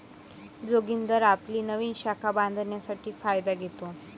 जोगिंदर आपली नवीन शाखा बांधण्यासाठी फायदा घेतो